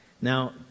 Now